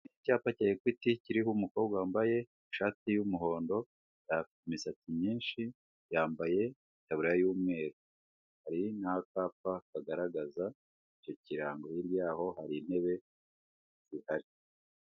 Icyapa cya Ekwiti kiriho umukobwa wambaye ishati y'umuhondo afite imisatsi myinshi yambaye itaburiya y'umweru hari n'akapa kagaragaza icyo kirango hirya yaho hari intebe ihari.